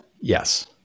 Yes